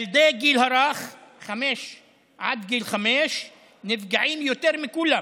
ילדי הגיל הרך עד גיל חמש נפגעים יותר מכולם,